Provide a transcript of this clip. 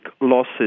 losses